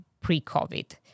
pre-COVID